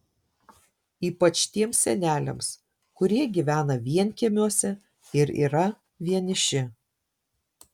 ypač tiems seneliams kurie gyvena vienkiemiuose ir yra vieniši